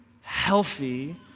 healthy